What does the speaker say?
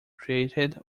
created